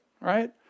right